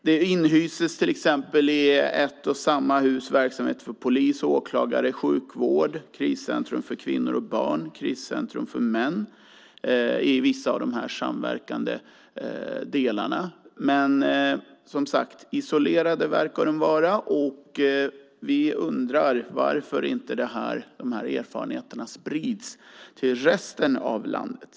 Det inhyses till exempel i ett och samma hus verksamheter för polis och åklagare, sjukvård, kriscentrum för kvinnor och barn, kriscentrum för män i vissa av de samverkande delarna. Men som sagt, isolerade verkar de vara. Vi undrar varför de här erfarenheterna inte sprids till resten av landet.